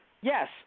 Yes